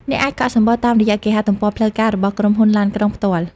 អ្នកអាច កក់សំបុត្រតាមរយៈគេហទំព័រផ្លូវការរបស់ក្រុមហ៊ុនឡានក្រុង ផ្ទាល់។